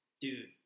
Dude